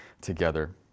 together